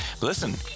Listen